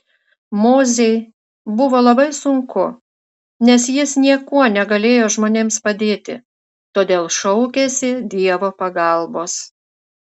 mozei buvo labai sunku nes jis niekuo negalėjo žmonėms padėti todėl šaukėsi dievo pagalbos